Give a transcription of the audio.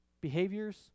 behaviors